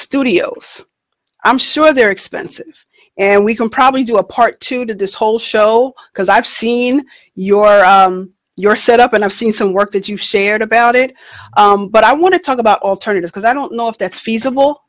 studio i'm sure there are expenses and we can probably do a part two to this whole show because i've seen you on your set up and i've seen some work that you've shared about it but i want to talk about alternative because i don't know if that's feasible